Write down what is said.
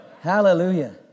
Hallelujah